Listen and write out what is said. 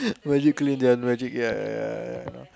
What you clean then where you ya